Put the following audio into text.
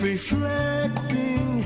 Reflecting